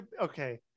okay